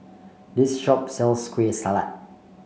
this shop sells Kueh Salat